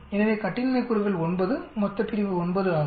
எனவே கட்டின்மை கூறுகள் 9 மொத்தப்பிரிவு 9 ஆகும்